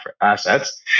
assets